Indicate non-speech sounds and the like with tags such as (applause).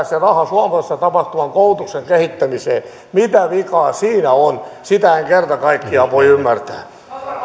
(unintelligible) se raha suomessa tapahtuvan koulutuksen kehittämiseen mitä vikaa siinä on sitä en kerta kaikkiaan voi ymmärtää